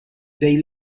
they